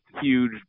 huge